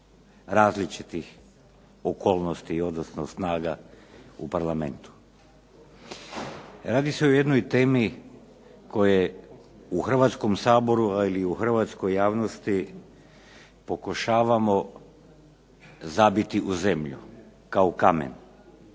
različitih okolnosti odnosno snaga u parlamentu. Radi se o jednoj temi koja je u Hrvatskom saboru ili u hrvatskoj javnosti pokušavamo zabiti u zemlju kao kamen.